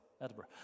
Edinburgh